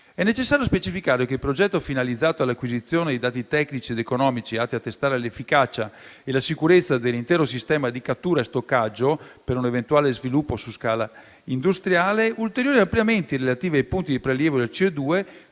È necessario specificare che il progetto finalizzato all'acquisizione dei dati tecnici ed economici atti a testare l'efficacia e la sicurezza dell'intero sistema di cattura e stoccaggio per un eventuale sviluppo su scala industriale e ulteriori ampliamenti relativi ai punti di prelievo